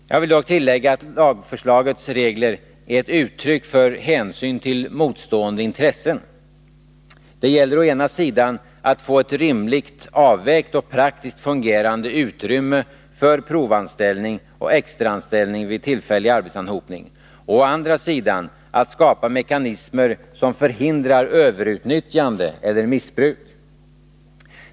Jag vill dock tillägga att lagförslagets regler är ett uttryck för hänsyn till motstående intressen. Det gäller å ena sidan att få ett rimligt avvägt och praktiskt fungerande utrymme för provanställning och extraanställning vid tillfällig arbetsanhopning, å andra sidan att skapa mekanismer som förhindrar överutnyttjande eller missbruk.